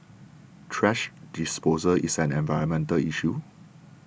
thrash disposal is an environmental issue